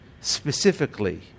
specifically